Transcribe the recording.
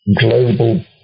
global